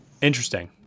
interesting